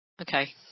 Okay